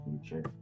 future